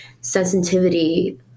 sensitivity